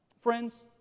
Friends